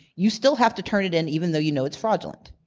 you still have to turn it in even though you know it's fraudulent.